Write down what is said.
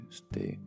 stay